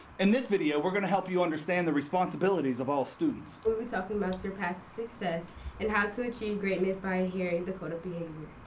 and this video, we're gonna help you understand the responsibilities of all students. we'll be talking about your path to success and how to achieve greatness by adhering to the code of behavior.